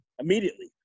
immediately